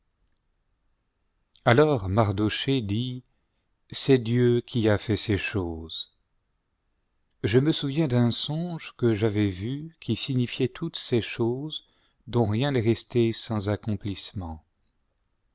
alors mardochée dit c'est dieu qui a fait ces choses je me souviens d'un songe que j'avais vu qui signifiait toutes ces choses dont rien n'est resté sans accomplissement